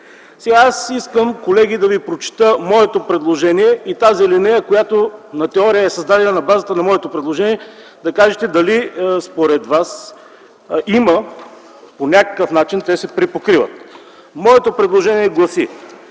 Колеги, искам да ви прочета моето предложение и тази алинея, която на теория е създадена на базата на моето предложение, за да кажете дали според вас те по някакъв начин се препокриват. Моето предложение гласи,